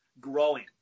growing